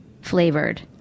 flavored